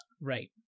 Right